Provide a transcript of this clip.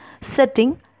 setting